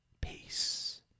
Peace